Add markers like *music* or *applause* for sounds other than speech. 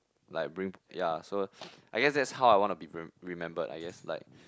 like bring ya so *noise* I guess that's how I want to be re~ remembered I guess like